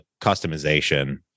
customization